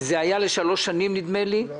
זה היה לשלוש שנים, נדמה לי.